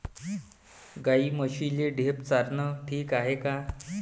गाई म्हशीले ढेप चारनं ठीक हाये का?